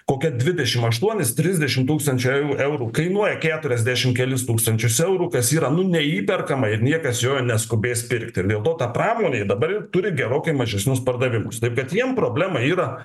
kokia dvidešimt aštuonis trisdešimt tūkstančių eu eurų kainuoja keturiasdešimt kelis tūkstančius eurų kas yra nu neįperkama ir niekas jo neskubės pirkti dėl to ta pramonė dabar jau turi gerokai mažesnius pardavimus bet jiem problema yra